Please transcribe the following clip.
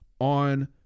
on